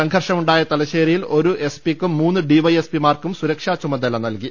സംഘർഷ മുണ്ടായ തലശ്ശേരിയിൽ ഒരു എ എസ് പിക്കും മൂന്ന് ഡി വൈ എസ് പി മാർക്കും സുരക്ഷാ ചുമതല നല്കി